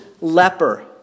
leper